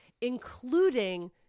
including